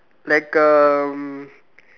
like a